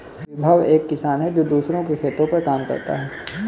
विभव एक किसान है जो दूसरों के खेतो पर काम करता है